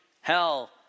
hell